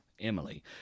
Emily